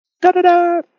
Da-da-da